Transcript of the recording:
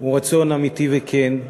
הוא רצון אמיתי וכן,